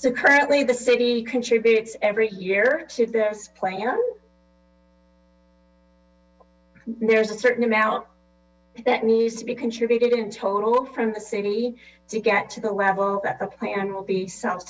about currently the city contributes every year to this plan there is a certain amount that needs be contributed in total from the city to get to the level that the plan will be self